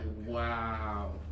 wow